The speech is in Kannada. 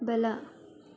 ಬಲ